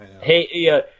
hey